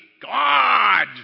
God